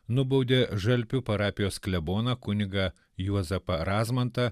nubaudė žalpių parapijos kleboną kunigą juozapą razmantą